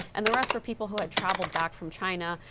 and the rest are people who had traveled back from china.